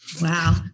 Wow